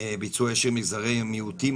ביצוע ישיר מגזרי מיעוטים,